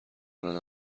دارند